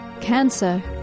Cancer